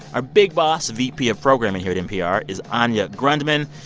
our big boss vp of programming here at npr is anya grundmann.